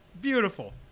Beautiful